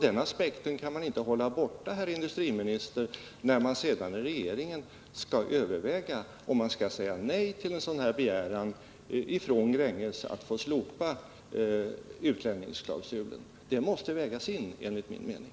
Den aspekten kan man inte bortse från, herr industriminister, när man sedan i regeringen skall överväga om man skall säga nej till en sådan här begäran från Gränges om att få slopa utlänningsklausulen. Det måste vägas in enligt min mening.